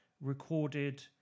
recorded